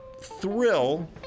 thrill